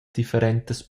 differentas